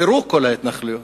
פירוק כל ההתנחלויות.